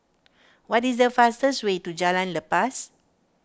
what is the fastest way to Jalan Lepas